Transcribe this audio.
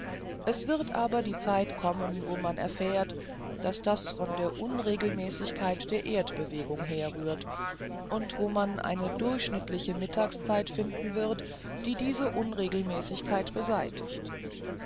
es wird aber die zeit kommen wo man erfährt daß das von der ungleichmäßigkeit der erdbewegung herrührt und wo man eine durchschnittliche mittagszeit erfinden wird die diese unregelmäßigkeit beseitigt